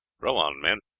row on, men.